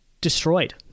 destroyed